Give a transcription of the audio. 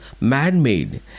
man-made